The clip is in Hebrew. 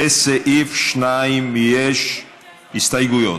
לסעיף 2 יש הסתייגויות.